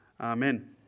Amen